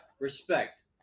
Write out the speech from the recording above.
respect